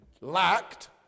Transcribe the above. lacked